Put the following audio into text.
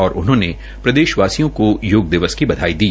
और उन्होंने प्रदेशवासियों को योग दिवस की बधाई दी